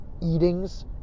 eatings